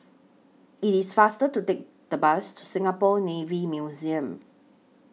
IT IS faster to Take The Bus to Singapore Navy Museum